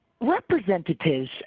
representatives